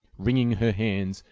wringing her hands,